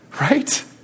right